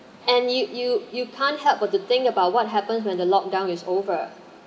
and you you you can't help but to think about what happens when the locked down is over